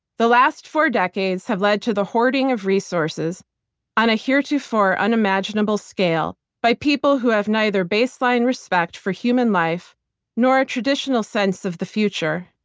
the last four decades have led to the hoarding of resources on a heretofore unimaginable scale by people who have neither baseline respect for human life nor a traditional sense of the future.